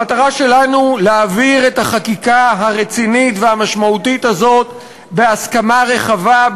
המטרה שלנו היא להעביר את החקיקה הרצינית והמשמעותית הזאת בהסכמה רחבה,